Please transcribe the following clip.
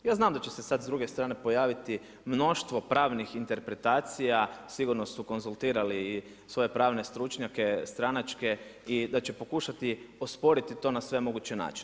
Ja znam da će se sada s druge strane pojaviti mnoštvo pravnih interpretacija, sigurno su konzultirali i svoje pravne stručnjake stranačke i da će pokušati osporiti to na sve moguće načine.